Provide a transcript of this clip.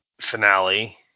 finale